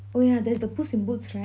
oh yeah there's the Puss In Boots right